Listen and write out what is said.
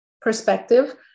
perspective